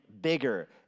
bigger